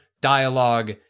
dialogue